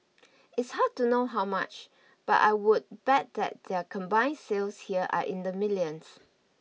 it's hard to know how much but I would bet that their combined sales here are in the millions